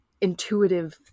intuitive